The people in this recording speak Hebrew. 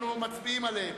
אנחנו מצביעים עליהן.